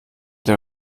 der